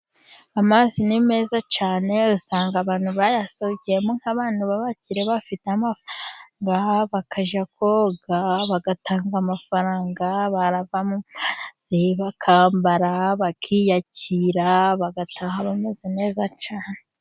Amazi ni meza cyane, rero usanga abantu bayasohokeyemo nk'abantu babakire bafite amafaranga, bakajya koga bagatanga amafaranga, bava mu mazi bakambara bakiyakira, bagataha bameze neza cyane.